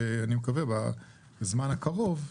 אני מקווה בזמן הקרוב,